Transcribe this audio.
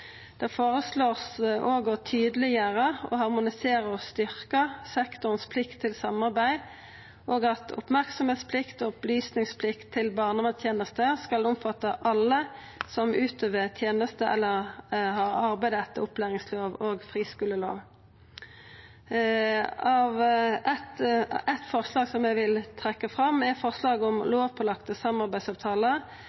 Det vert òg føreslått å tydeleggjera, harmonisera og styrkja sektorens plikt til samarbeid, og at merksemdsplikt og opplysningsplikt til barnevernstenesta skal omfatta alle som utøver teneste eller har arbeid etter opplæringslova og friskulelova. Eit forslag som eg vil trekkja fram, er forslaget om